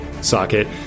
socket